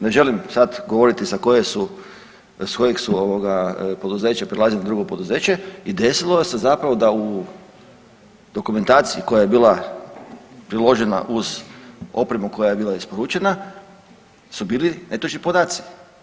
Ne želim sad govoriti sa kojeg su poduzeća prelazili na drugo poduzeće i desilo se zapravo da u dokumentaciji koja je bila priložena uz opremu koja je bila isporučena su bili netočni podaci.